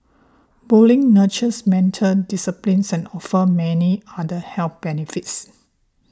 bowling nurtures mental discipline offers many other health benefits